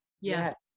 Yes